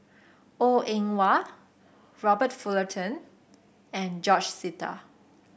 Goh Eng Wah Robert Fullerton and George Sita